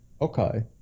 Okay